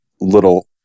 little